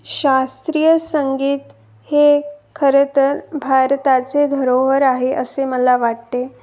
शास्त्रीय संगीत हे खरंं तर भारताचे धरोहर आहे असे मला वाटते